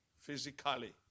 Physically